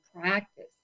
practice